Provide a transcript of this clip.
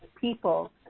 people